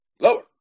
Lower